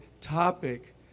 topic